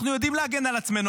אנחנו יודעים להגן על עצמנו.